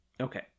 Okay